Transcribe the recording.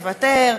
מוותר,